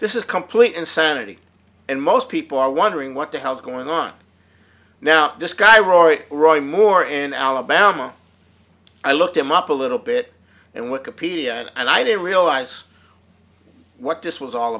this is complete insanity and most people are wondering what the hell's going on now this guy roy roy moore in alabama i looked him up a little bit and what a pia and i didn't realize what this was all